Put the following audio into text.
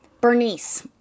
Bernice